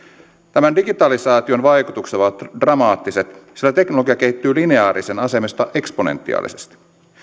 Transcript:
tämän digitalisaation vaikutukset ovat dramaattiset sillä teknologia kehittyy lineaarisen asemesta eksponentiaalisesti